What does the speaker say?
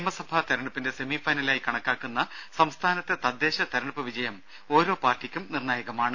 നിയമസഭാ തിരഞ്ഞെടുപ്പിന്റെ സെമിഫൈനലായി കണക്കാക്കുന്ന സംസ്ഥാനത്തെ തദ്ദേശ തിരഞ്ഞെടുപ്പ് വിജയം ഓരോ പാർട്ടിക്കും നിർണായകമാണ്